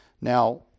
Now